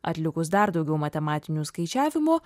atlikus dar daugiau matematinių skaičiavimų